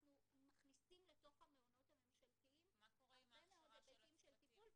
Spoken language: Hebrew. אנחנו מכניסים לתוך המעונות הממשלתיים הרבה מאוד היבטים של טיפול.